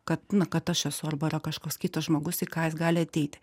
kad nu kad aš esu arba yra kažkoks kitas žmogus į ką jis gali ateiti